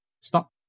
stop